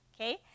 Okay